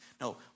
No